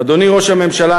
אדוני ראש הממשלה,